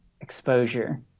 exposure